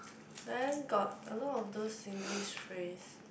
then got a lot of those Singlish phrase